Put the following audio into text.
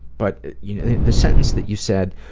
but you know the sentence that you said,